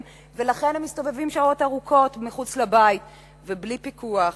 ולכן הם מסתובבים שעות ארוכות מחוץ לבית בלי פיקוח.